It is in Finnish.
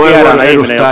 arvoisa puhemies